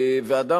ואדם,